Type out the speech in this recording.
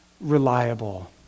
reliable